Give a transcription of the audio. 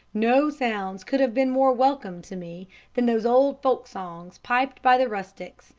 no sounds could have been more welcome to me than those old folk-songs piped by the rustics,